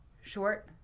short